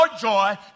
joy